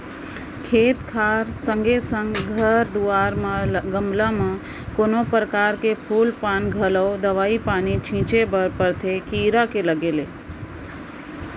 खेत खार संगे संग घर दुवार म लगे गमला म कोनो परकार के फूल पान म घलौ दवई पानी छींचे बर परथे कीरा के लगे ले